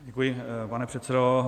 Děkuji, pane předsedo.